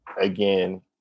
again